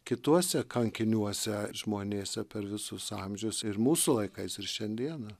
kituose kankiniuose žmonėse per visus amžius ir mūsų laikais ir šiandiena